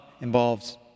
involves